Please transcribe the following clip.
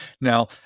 Now